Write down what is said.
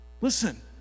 Listen